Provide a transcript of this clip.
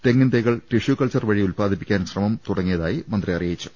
തെങ്ങിൻതൈകൾ tissue culture വഴി ഉല്പാദിപ്പിക്കാനും ശ്രമം ആരംഭിച്ച തായി മന്ത്രി അറിയിച്ചു